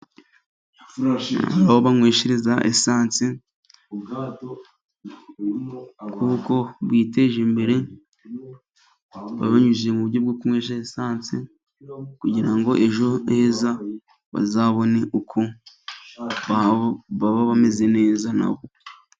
Aho banweshereza esanse, kuko biteje imbere babinyujije mu buryo bwo kunwesha esansi, kugira ngo ejo heza bazabone uko baba bameze neza na bo.